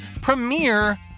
premiere